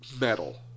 Metal